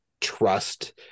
trust